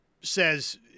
says